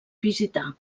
visitar